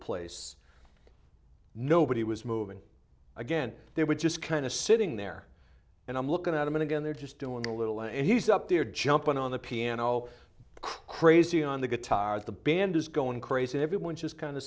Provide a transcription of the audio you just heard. place nobody was moving again they were just kind of sitting there and i'm looking at them and again they're just doing a little and he's up there jumping on the piano crazy on the guitars the band is going crazy and everyone just kind